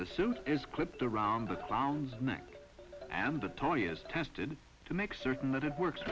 the suit is clipped around the clowns and the toy is tested to make certain that it works